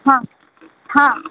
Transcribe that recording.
હા હા